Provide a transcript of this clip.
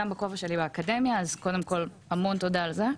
גם בכובע שלי באקדמיה אז קודם כל המון תודה על זה.